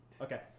Okay